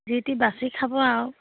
যি টি বাছি খাব আৰু